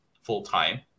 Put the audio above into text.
full-time